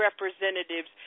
Representatives